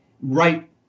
right